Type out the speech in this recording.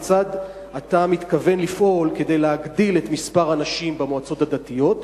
כיצד אתה מתכוון לפעול כדי להגדיל את מספר הנשים במועצות הדתיות?